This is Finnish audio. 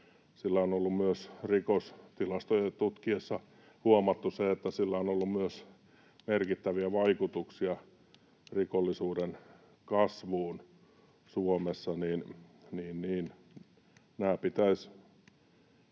sen, että myös rikostilastoja tutkittaessa on huomattu se, että sillä on ollut myös merkittäviä vaikutuksia rikollisuuden kasvuun Suomessa, ja nämä pitäisi